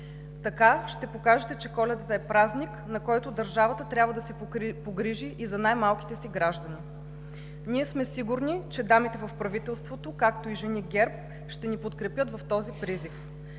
Така ще покажете, че Коледата е празник, на който държавата трябва да се погрижи и за най-малките си граждани. Ние сме сигурни, че дамите в правителството, както и „Жени – ГЕРБ“ ще ни подкрепят в този призив.